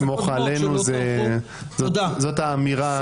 "סמוך עלינו" זאת האמירה --- תודה.